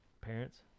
parents